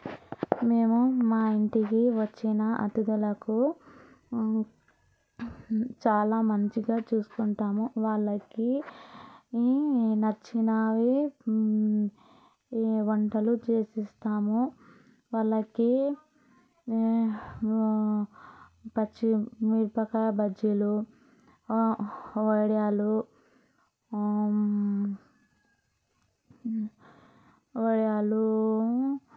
మేము మా ఇంటికి వచ్చిన అతిథులకు చాలా మంచిగా చూసుకుంటాము వాళ్ళకి నచ్చిన వంటలు చేసిస్తాము వాళ్ళకి పచ్చిమిరపకాయ బజ్జీలు వడియాలు వడియాలు